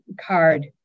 card